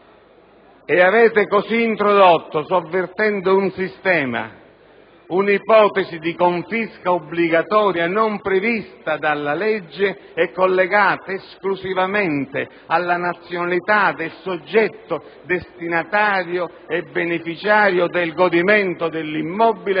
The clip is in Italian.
Avete così introdotto, sovvertendo un sistema, un'ipotesi di confisca obbligatoria non prevista dalla legge e collegata esclusivamente alla nazionalità del soggetto destinatario e beneficiario del godimento dell'immobile